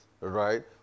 right